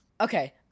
Okay